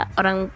orang